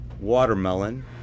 watermelon